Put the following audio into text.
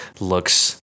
looks